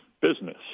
business